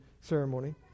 ceremony